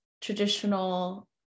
traditional